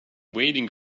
waiting